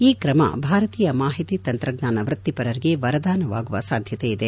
ಈ ಕ್ರಮ ಭಾರತೀಯ ಮಾಹಿತಿ ತಂತ್ರಜ್ಞಾನ ವೃತ್ತಿಪರರಿಗೆ ವರದಾನವಾಗುವ ಸಾಧ್ದತೆ ಇದೆ